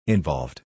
Involved